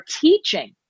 teaching